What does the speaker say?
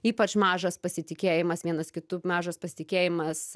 ypač mažas pasitikėjimas vienas kitu mažas pasitikėjimas